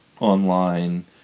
Online